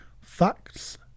Facts